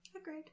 Agreed